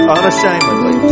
Unashamedly